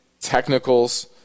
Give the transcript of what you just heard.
technicals